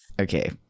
Okay